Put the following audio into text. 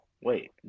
Wait